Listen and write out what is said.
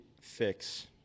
fix